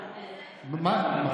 זכיתם,